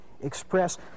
express